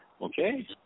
okay